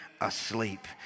asleep